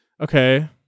Okay